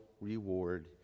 reward